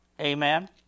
Amen